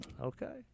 Okay